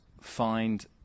find